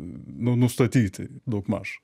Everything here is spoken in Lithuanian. nustatyti daug maž